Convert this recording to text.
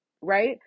right